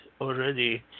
already